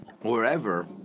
Wherever